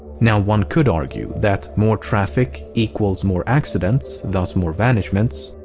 now one could argue that more traffic equals more accidents, thus more vanishments,